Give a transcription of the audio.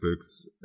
Books